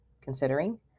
considering